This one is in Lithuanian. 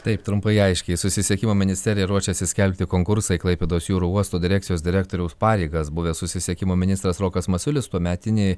taip trumpai aiškiai susisiekimo ministerija ruošiasi skelbti konkursą klaipėdos jūrų uosto direkcijos direktoriaus pareigas buvęs susisiekimo ministras rokas masiulis tuometinį